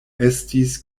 estis